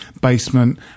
basement